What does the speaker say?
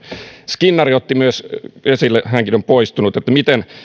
skinnari hänkin on poistunut otti myös esille että miten